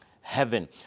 heaven